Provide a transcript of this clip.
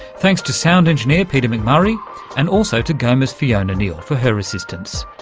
thanks to sound engineer peter mcmurray and also to goma's fiona neill for her assistance.